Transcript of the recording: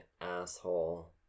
asshole